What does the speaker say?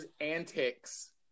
antics